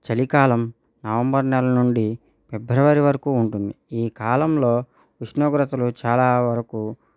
చలికాలం నవంబర్ నెల నుండి ఫిబ్రవరి వరకు ఉంటుంది ఈ కాలంలో ఉష్ణోగ్రతలు చాలా వరకు